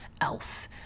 else